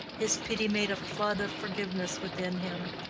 his pity made a flood of forgiveness within him.